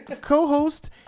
co-host